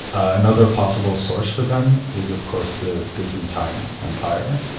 another possible source for them is of course the byzantine empire,